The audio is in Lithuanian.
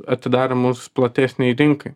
atidarymus platesnei rinkai